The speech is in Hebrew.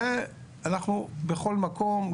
אנחנו בכל מקום,